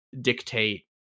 dictate